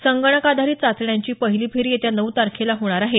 संगणकाधारित चाचण्यांची पहिली फेरी येत्या नऊ तारखेला होणार आहे